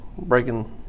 Breaking